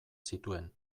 zituen